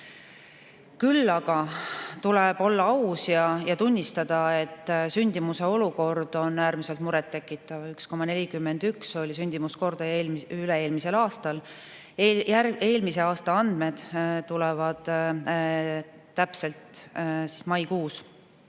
Küll aga tuleb olla aus ja tunnistada, et sündimuse olukord on äärmiselt muret tekitav. 1,41 oli sündimuskordaja üle-eelmisel aastal. Eelmise aasta täpsed andmed tulevad maikuus,